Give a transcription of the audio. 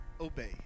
obey